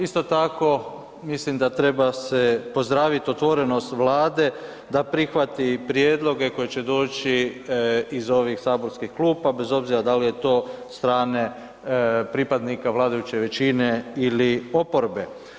Isto tako mislim da treba se pozdravit otvorenost Vlade da prihvati prijedloge koji će doći iz ovih saborskih klupa bez obzira da li je to od strane pripadnika vladajuće većine ili oporbe.